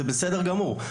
זה בסדר גמור,